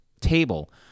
table